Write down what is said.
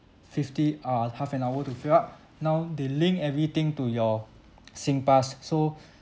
fifty uh half an hour to fill up now they link everything to your singpass so